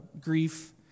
grief